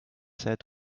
said